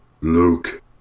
Luke